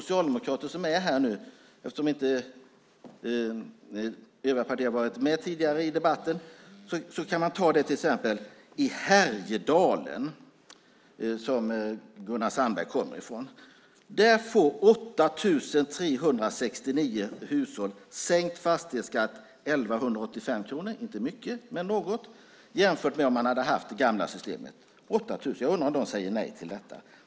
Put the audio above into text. I Härjedalen till exempel, som Gunnar Sandberg kommer från, får 8 369 hushåll sänkt fastighetsskatt med 1 185 kronor jämfört med om man hade haft det gamla systemet. Det är inte mycket, men något. Jag undrar om de säger nej till detta.